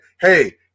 hey